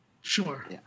Sure